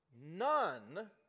none